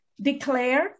declare